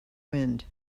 wind